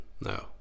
No